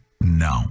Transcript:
No